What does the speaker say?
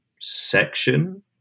section